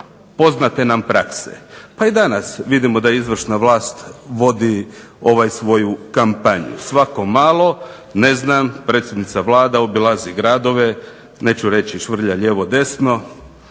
poznate nam prakse. Pa i danas vidimo da izvršna vlast vodi svoju kampanju. Svako malo ne znam, predsjednica Vlade obilazi gradove, neću reći švrlja lijevo desno,